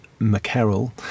McCarroll